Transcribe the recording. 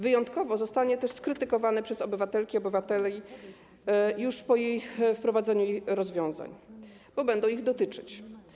Wyjątkowo zostanie też skrytykowany przez obywatelki i obywateli już po wprowadzeniu jego rozwiązań, bo będą one ich dotyczyć.